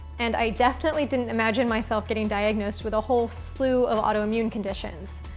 and i definitely didn't imagine myself getting diagnosed with a whole slew of autoimmune conditions.